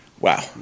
Wow